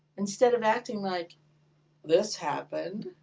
instead of acting like this happened,